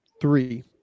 three